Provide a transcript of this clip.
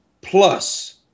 plus